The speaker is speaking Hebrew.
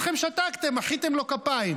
זאת האמת.